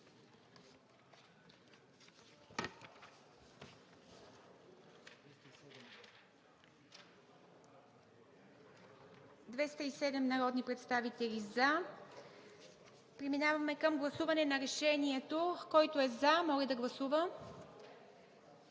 207 народни представители за. Преминаваме към гласуване на решението, който е за, моля да гласува.